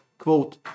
Quote